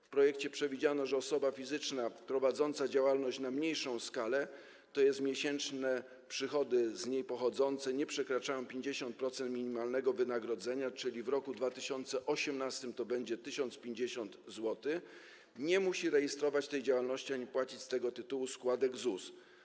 W projekcie przewidziano, że osoba fizyczna prowadząca działalność na mniejszą skalę - tj. miesięczne przychody z niej pochodzące nie przekraczają 50% minimalnego wynagrodzenia, czyli w 2018 r. 1050 zł - nie musi rejestrować tej działalności ani płacić z tego tytułu składek ZUS.